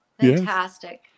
Fantastic